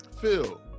phil